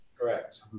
correct